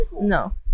No